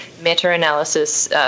meta-analysis